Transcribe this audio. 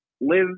live